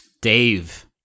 Dave